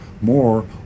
more